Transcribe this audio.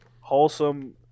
Wholesome